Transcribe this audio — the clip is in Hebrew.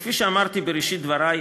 כפי שאמרתי בראשית דברי,